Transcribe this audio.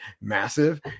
massive